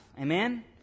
Amen